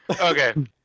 Okay